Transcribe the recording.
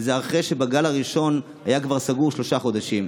וזה אחרי שבגל הראשון היה כבר סגור שלושה חודשים.